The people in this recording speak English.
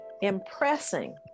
impressing